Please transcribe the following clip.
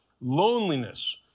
loneliness